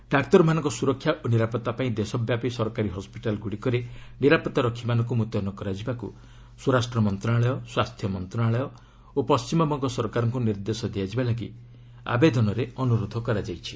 ଡାକ୍ତରମାନଙ୍କ ସୁରକ୍ଷା ଓ ନିରାପତ୍ତା ପାଇଁ ଦେଶ ବ୍ୟାପୀ ସରକାରୀ ହସ୍କିଟାଲ୍ଗୁଡ଼ିକରେ ନିରାପତ୍ତାରକ୍ଷୀମାନଙ୍କୁ ମୁତୟନ କରିବାକୁ ସ୍ୱରାଷ୍ଟ୍ର ମନ୍ତ୍ରଣାଳୟ ସ୍ୱାସ୍ଥ୍ୟ ମନ୍ତ୍ରଣାଳୟ ଓ ପଣ୍ଟିମବଙ୍ଗ ସରକାରଙ୍କୁ ନିର୍ଦ୍ଦେଶ ଦିଆଯିବା ଲାଗି ଆବେଦନରେ ଅନୁରୋଧ କରାଯାଇଛି